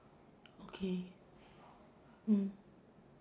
okay mm